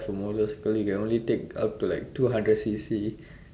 motorcycles you can only take up to like two hundred C_C